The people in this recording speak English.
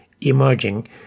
emerging